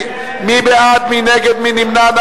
מי נמנע?